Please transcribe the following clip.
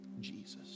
Jesus